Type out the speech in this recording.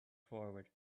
forward